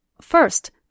First